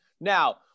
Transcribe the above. Now